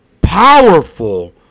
Powerful